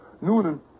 Noonan